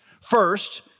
First